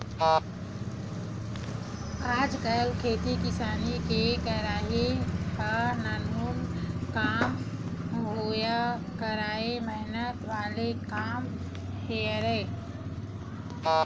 आजकल खेती किसानी के करई ह नानमुन काम नोहय काहेक मेहनत वाले काम हरय